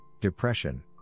depression